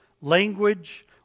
language